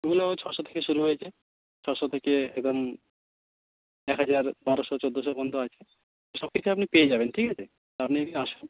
ওগুলো ছশো থেকে শুরু হয়েছে ছশো থেকে একদম এক হাজার বারোশো চৌদ্দশো পর্যন্ত আছে সবকিছুই আপনি পেয়ে যাবেন ঠিক আছে তো আপনি একদিন আসুন